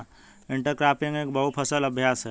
intercropping एक बहु फसल अभ्यास है